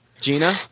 Gina